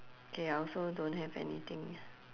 K I also don't have anything